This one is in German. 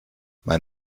mein